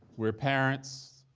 we're parents.